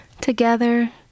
together